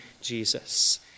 Jesus